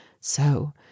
So